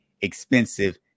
expensive